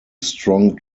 strong